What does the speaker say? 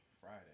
Friday